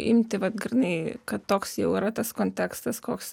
imti vat grynai kad toks jau yra tas kontekstas koks